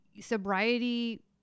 sobriety